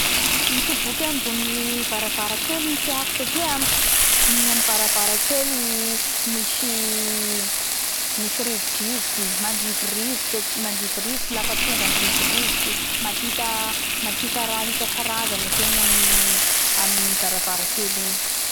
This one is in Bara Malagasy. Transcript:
Mitoboky ambony varavarakely tiako satria ny amy varavara kely misy misy rivodrivotsy mandrivorivotsy misy rivodrivotsy mandrivorivotsy Lafa tonga ny rivorivotsy mahita mahita raha isakarazany tegna aminy aminy varavara kely egny